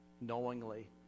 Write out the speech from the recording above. knowingly